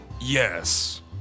Yes